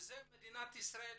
מדינת ישראל